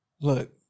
Look